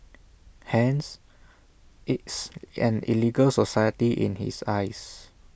hence it's an illegal society in his eyes